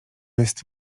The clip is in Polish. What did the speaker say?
jest